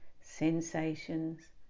sensations